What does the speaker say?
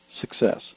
success